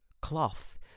cloth